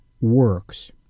works